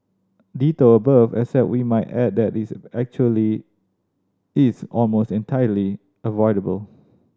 ditto above except we might add that this actually is almost entirely avoidable